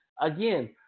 again